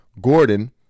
Gordon